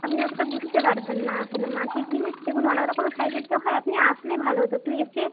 আপনি অতটা বুঝতে পারবেন না আসলে মাটির জিনিস দেখুন অনেক রকমের সাইজের তো হয় আপনি আসলে ভালো হতো একটু এসে